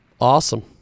Awesome